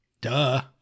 Duh